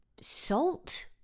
salt